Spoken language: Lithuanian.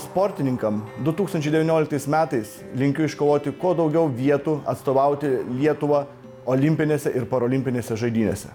sportininkam du tūkstančiai devynioliktais metais linkiu iškovoti kuo daugiau vietų atstovauti lietuvą olimpinėse ir parolimpinėse žaidynėse